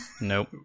Nope